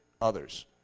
others